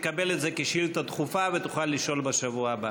תקבל את זה כשאילתה דחופה ותוכל לשאול בשבוע הבא,